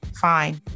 Fine